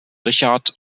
richard